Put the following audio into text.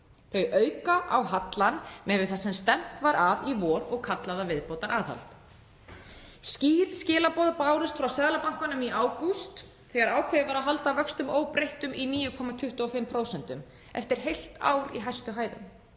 Þau auka á hallann miðað við það sem stefnt var að í vor og kalla það viðbótaraðhald. Skýr skilaboð bárust frá Seðlabankanum í ágúst þegar ákveðið var að halda vöxtum óbreyttum í 9,25%, eftir heilt ár í hæstu hæðum;